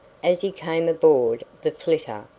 as he came aboard the flitter,